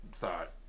thought